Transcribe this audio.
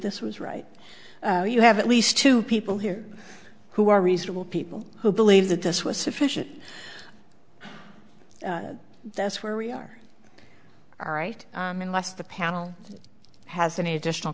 this was right you have at least two people here who are reasonable people who believe that this was sufficient that's where we are all right i mean what's the panel has any additional